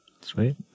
Sweet